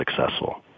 successful